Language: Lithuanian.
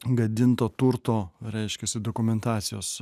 gadinto turto reiškiasi dokumentacijos